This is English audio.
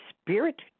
Spirit